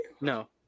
No